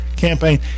campaign